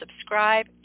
subscribe